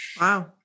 Wow